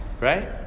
right